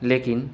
لیکن